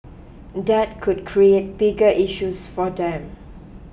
that could create bigger issues for them